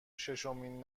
شیشمین